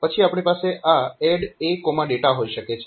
પછી આપણી પાસે આ ADD Adata હોઈ શકે છે